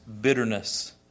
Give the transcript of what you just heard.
Bitterness